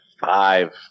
Five